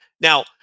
Now